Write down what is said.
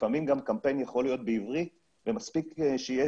לפעמים קמפיין יכול להיות בעברית ומספיק שיהיו